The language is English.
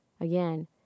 again